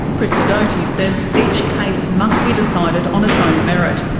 chris sidoti says each case must be decided on its own merit.